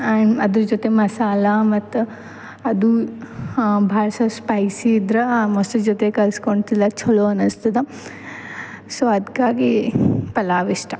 and ಅದ್ರ ಜೊತೆ ಮಸಾಲಾ ಮತ್ತು ಅದು ಭಾಳ ಸೋ ಸ್ಪೈಸಿ ಇದ್ರೆ ಮೊಸ್ರು ಜೊತೆ ಕಲಸ್ಕೊಂಡ್ ತಿನ್ಲಕ್ಕೆ ಚಲೊ ಅನಿಸ್ತದೆ ಸೊ ಅದ್ಕಾಗಿ ಪಲಾವ್ ಇಷ್ಟ